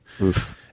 Oof